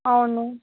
అవును